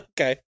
Okay